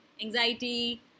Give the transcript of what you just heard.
anxiety